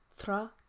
thra